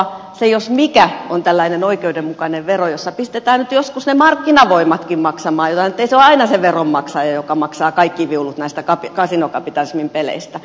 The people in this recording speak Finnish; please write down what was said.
se jos mikä on tällainen oikeudenmukainen vero jossa pistetään nyt joskus ne markkinavoimatkin maksamaan jotain ettei se ole aina se veronmaksaja joka maksaa kaikki viulut näistä kasinokapitalismin peleistä